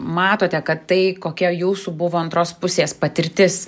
matote kad tai kokia jūsų buvo antros pusės patirtis